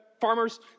Farmers